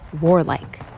warlike